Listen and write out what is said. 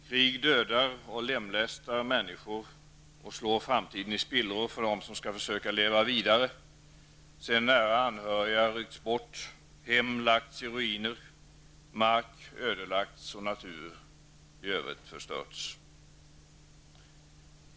Krig dödar och lemlästar människor -- och slår framtiden i spillror för dem som skall försöka leva vidare sedan nära anhöriga ryckts bort, hem lagts i ruiner, mark ödelagts och natur i övrigt förstörts.